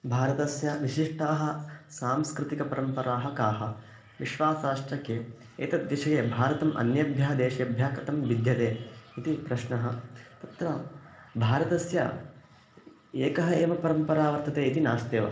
भारतस्य विशिष्टाः सांस्कृतिकपरम्पराः काः विश्वासाश्च के एतद्विषये भारतम् अन्येभ्यः देशेभ्यः कथं भिद्यते इति प्रश्नः तत्र भारतस्य एका एव परम्परा वर्तते इति नास्त्येव